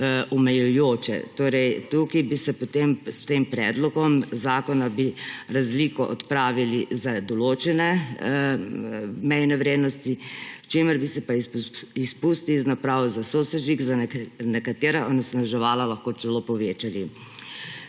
Torej tukaj bi potem s tem predlogom zakona razliko odpravili za določene mejne vrednosti, s čimer bi se pa izpusti iz naprav za sosežig za nekatera onesnaževala lahko celo povečali.